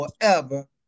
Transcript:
forever